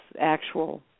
actual